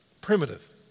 Primitive